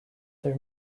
there